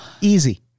Easy